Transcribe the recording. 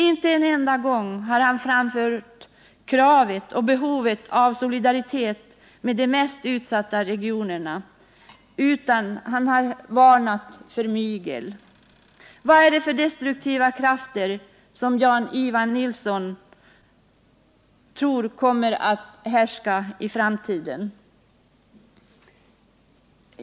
Inte en enda gång har han framhållit behovet av solidaritet med de mest utsatta regionerna, utan han har varnat för mygel. Vad är det för destruktiva krafter som Jan-Ivan Nilsson tror kommer att härska i framtiden?